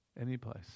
anyplace